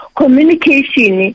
communication